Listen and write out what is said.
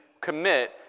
commit